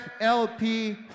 LP